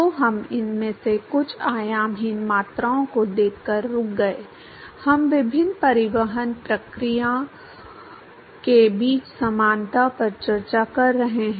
तो हम इनमें से कुछ आयामहीन मात्राओं को देखकर रुक गए हम विभिन्न परिवहन प्रक्रियाओं के बीच समानता पर चर्चा कर रहे हैं